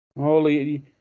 Holy